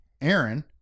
Aaron